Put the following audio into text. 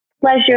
pleasure